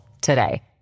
today